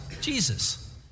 Jesus